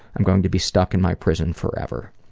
i'm going to be stuck in my prison forever.